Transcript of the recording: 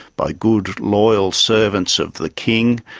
by good loyal servants of the king,